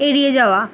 এড়িয়ে যাওয়া